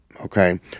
Okay